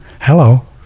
Hello